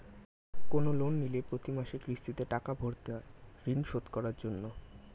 কোন লোন নিলে প্রতি মাসে কিস্তিতে টাকা ভরতে হয় ঋণ শোধ করার জন্য